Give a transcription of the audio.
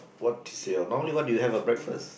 what's your normally what did you have for breakfast